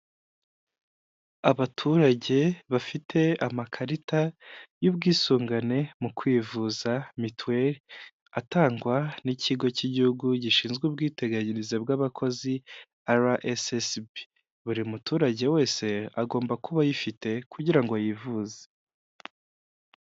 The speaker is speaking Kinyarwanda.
Abaturage bafite amakarita y'ubwisungane mu kwivuza mituweli atangwa n'ikigo cy'igihugu gishinzwe ubwiteganyirize bw'abakozi RSSB, buri muturage wese agomba kuba ayifite kugira ngo yivuze.